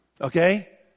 Okay